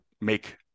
make